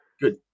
Good